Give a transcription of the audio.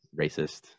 racist